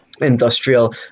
industrial